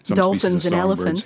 dolphins and elephants.